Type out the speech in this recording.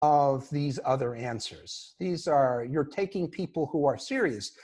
‫של התשובות האחרות האלה. אלה הן... ‫אתם לוקחים אנשים ‫שהם רציניים.